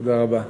תודה רבה.